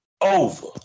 over